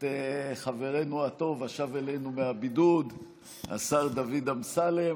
את חברנו הטוב השב אלינו מהבידוד השר דוד אמסלם.